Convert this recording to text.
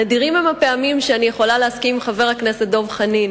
נדירות הן הפעמים שאני יכולה להסכים עם חבר הכנסת דב חנין